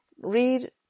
read